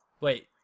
Wait